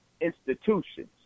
institutions